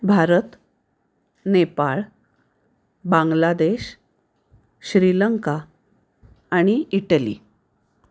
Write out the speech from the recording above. भारत नेपाळ बांग्लादेश श्रीलंका आणि इटली